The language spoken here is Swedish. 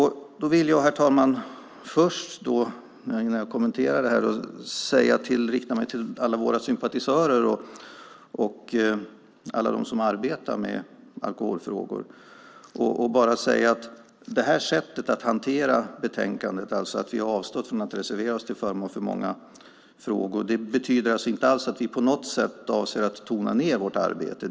Jag vill, herr talman, innan jag kommenterar det här rikta mig till alla våra sympatisörer och alla dem som arbetar med alkoholfrågor. Jag vill säga att det här sättet att hantera betänkandet, att vi har avstått från att reservera oss till förmån för många frågor, inte alls betyder att vi på något sätt avser att tona ned vårt arbete.